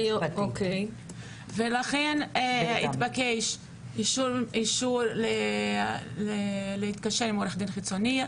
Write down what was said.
ולכן התבקש אישור להתקשר עם עו"ד חיצוני.